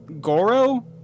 Goro